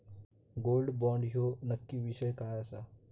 Gold bond ह्यो नक्की विषय काय आसा?